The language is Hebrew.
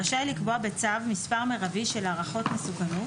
רשאי לקבוע בצו מספר מרבי של הערכות מסוכנות